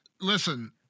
Listen